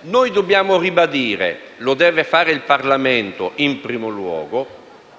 Noi dobbiamo ribadire - lo deve fare il Parlamento in primo luogo